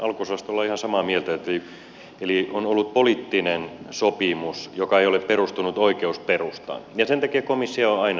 tuosta kysymyksen alkuosasta olemme ihan samaa mieltä eli on ollut poliittinen sopimus joka ei ole perustunut oikeusperustaan ja sen takia komissio on aina sen kiistänyt